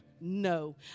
no